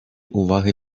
уваги